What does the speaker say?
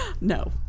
No